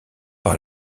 par